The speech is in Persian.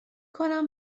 کنم